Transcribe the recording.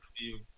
review